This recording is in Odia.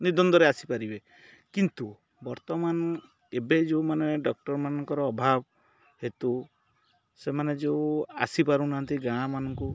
ନିର୍ଦ୍ୱନ୍ଦ୍ୱରେ ଆସିପାରିବେ କିନ୍ତୁ ବର୍ତ୍ତମାନ ଏବେ ଯେଉଁମାନେ ଡକ୍ଟରମାନଙ୍କର ଅଭାବ ହେତୁ ସେମାନେ ଯେଉଁ ଆସିପାରୁନାହାନ୍ତି ଗାଁମାନଙ୍କୁ